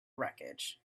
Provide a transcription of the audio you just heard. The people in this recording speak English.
wreckage